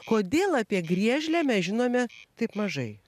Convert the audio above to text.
kodėl apie griežlę mes žinome taip mažai